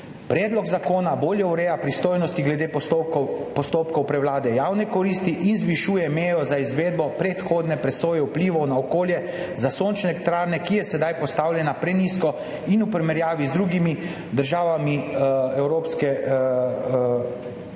Predlog zakona bolje ureja pristojnosti glede postopkov prevlade javne koristi in zvišuje mejo za izvedbo predhodne presoje vplivov na okolje za sončne elektrarne, ki je sedaj postavljena prenizko in je v primerjavi z drugimi državami evropske skupnosti